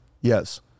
yes